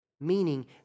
meaning